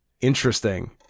Interesting